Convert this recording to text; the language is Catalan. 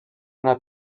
una